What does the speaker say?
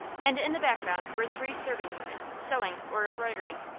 and in the background were three serving women, sewing or embroidering.